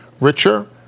richer